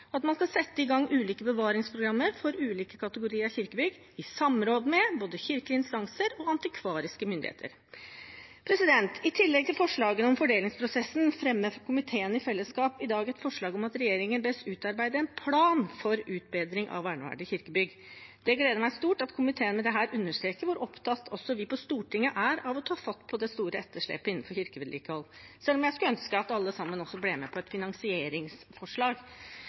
at man skal sette i gang ulike bevaringsprogrammer for ulike kategorier av kirkebygg, i samråd med både kirkelige instanser og antikvariske myndigheter. I tillegg til forslagene om fordelingsprosessen fremmer komiteen i fellesskap i dag et forslag om at regjeringen bes utarbeide en plan for utbedring av verneverdige kirkebygg. Det gleder meg stort at komiteen med dette understreker hvor opptatt også vi på Stortinget er av å ta fatt på det store etterslepet innenfor kirkevedlikehold, selv om jeg skulle ønske at alle sammen også ble med på et finansieringsforslag.